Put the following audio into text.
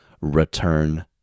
Return